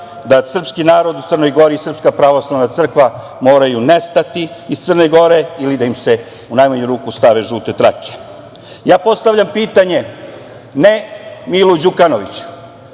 da srpski narod u Crnoj Gori i Srpska pravoslavna crkva moraju nestati iz Crne Gore ili da im se, u najmanju ruku, stave žute trake. Postavljam pitanje ne Milu Đukanoviću